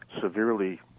severely